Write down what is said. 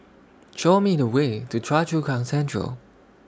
Show Me The Way to Choa Chu Kang Central